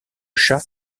chat